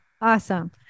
Awesome